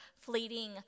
fleeting